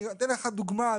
אני אתן לך דוגמה,